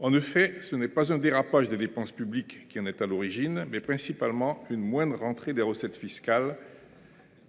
En effet, ce n’est pas un dérapage des dépenses publiques qui en est à l’origine, mais principalement une moindre rentrée de recettes fiscales,